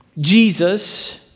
Jesus